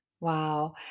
Wow